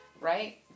Right